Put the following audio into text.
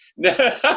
No